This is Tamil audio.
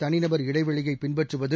தனிநபர் இடைவெளியை பின்பற்றுவது